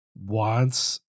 wants